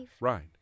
right